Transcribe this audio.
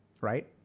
Right